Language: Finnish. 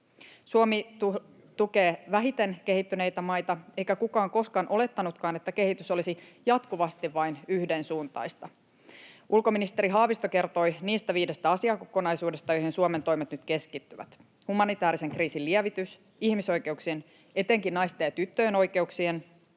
Suomi tukee vähiten kehittyneitä maita, eikä kukaan koskaan olettanutkaan, että kehitys olisi jatkuvasti vain yhdensuuntaista. Ulkoministeri Haavisto kertoi niistä viidestä asiakokonaisuudesta, joihin Suomen toimet nyt keskittyvät: humanitäärisen kriisin lievitys, ihmisoikeuksien — etenkin naisten ja tyttöjen oikeuksien